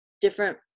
different